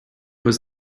was